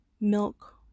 milk